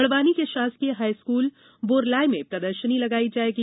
बड़वानी के शासकीय हाईस्कूल बोरलाय में प्रदर्षनी लगाई जाएगी